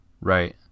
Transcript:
Right